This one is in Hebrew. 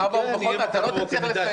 בכל מקרה לא תצליח לסיים